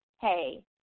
hey